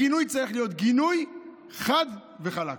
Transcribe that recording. הגינוי צריך להיות גינוי חד וחלק.